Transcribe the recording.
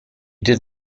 did